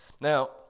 Now